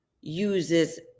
uses